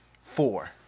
four